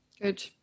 Good